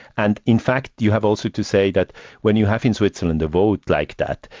and in fact you have also to say that when you have in switzerland a vote like that,